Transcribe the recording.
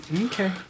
Okay